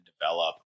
develop